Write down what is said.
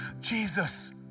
Jesus